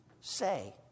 say